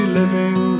living